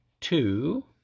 two